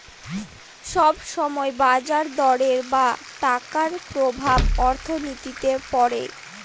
সব সময় বাজার দরের বা টাকার প্রভাব অর্থনীতিতে পড়ে